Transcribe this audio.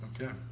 okay